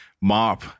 Mop